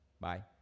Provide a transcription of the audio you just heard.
Bye